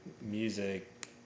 music